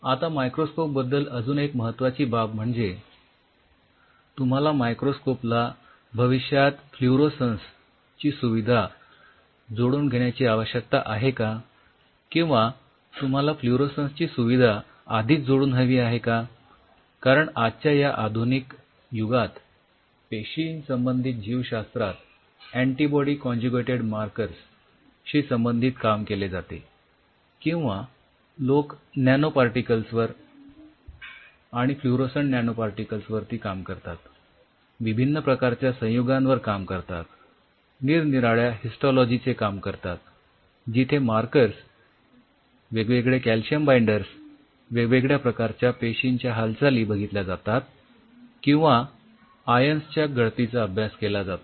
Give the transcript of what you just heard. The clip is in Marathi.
आता मायक्रोस्कोप बद्दल अजून एक महत्वाची बाब म्हणजे तुम्हाला मायक्रोस्कोप ला च्या गळतीचा अभ्यास केला जातो